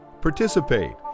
participate